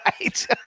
right